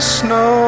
snow